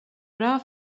bra